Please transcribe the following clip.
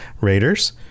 raiders